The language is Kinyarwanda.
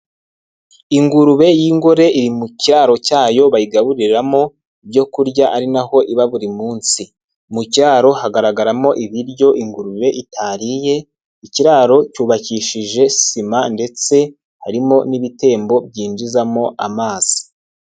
Ingurube y'ingore iri mu kiraro cyayo bayigaburiramo ibyo kurya ari naho iba buri munsi, mu kiraro hagaragaramo ibiryo ingurube itariye, ikiraro cyubakishije sima ndetse harimo n'ibitembo byinjizamo amazi.